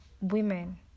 women